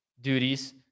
duties